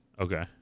Okay